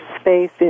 space